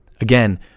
Again